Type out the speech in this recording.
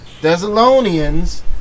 Thessalonians